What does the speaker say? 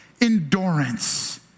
endurance